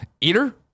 Eater